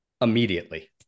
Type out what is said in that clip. immediately